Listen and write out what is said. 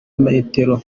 metero